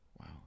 wow